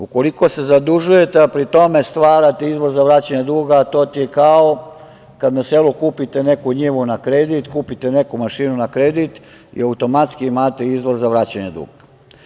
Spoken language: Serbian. Ukoliko se zadužujete, a pri tome stvarate izvoz za vraćanje duga, to je kao kada na selu kupite neku njivu na kredit, kupite neku mašinu na kredit i automatski imate izvoz za vraćanje duga.